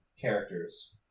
characters